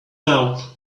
now